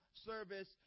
service